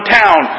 town